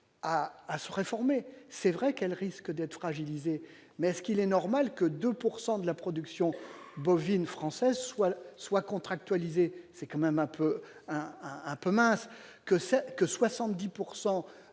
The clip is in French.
à se réformer, c'est vrai qu'elle risque d'être fragilisée mais ce qu'il est normal que 2 pourcent de la production bovine française soit soit contractualiser, c'est quand même un peu un peu